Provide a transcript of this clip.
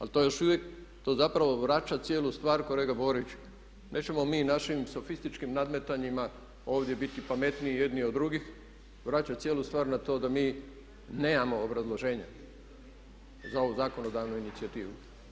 Ali to zapravo vraća cijelu stvar kolega Borić, nećemo mi našim sofističkim nadmetanjima ovdje biti pametniji jedni od drugih i vraćati cijelu stvar na to da mi nemamo obrazloženja za ovu zakonodavnu inicijativu.